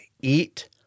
eat